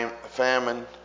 famine